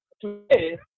today